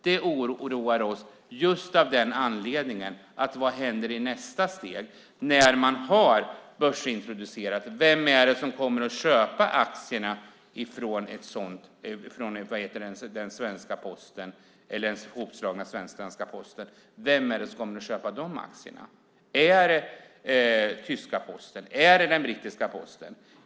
Det oroar oss just av den anledningen att vi inte vet vad som händer i nästa steg, när man har börsintroducerat. Vem är det som kommer att köpa aktierna i den sammanslagna svenska Posten? Är det den tyska Posten, är det den brittiska Posten?